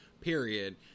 period